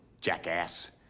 Jackass